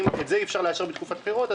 אם את זה אי אפשר לאשר בתקופת בחירות,